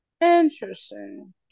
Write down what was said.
Interesting